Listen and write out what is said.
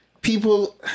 people